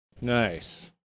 Nice